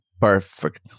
perfect